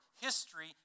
History